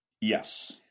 Yes